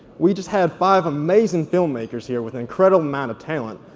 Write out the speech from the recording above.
we just had five amazing filmmakers here with an incredible amount of talent,